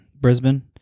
Brisbane